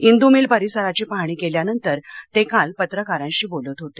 Indu mill परिसराची पाहणी केल्यानंतर ते काल पत्रकारांशी बोलत होते